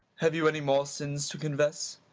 have you any more sins to confess!